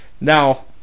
Now